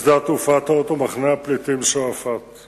נמשכות במלוא הקיטור עבודות